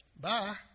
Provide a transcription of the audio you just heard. bye